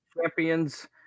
champions